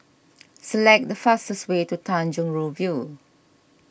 select the fastest way to Tanjong Rhu View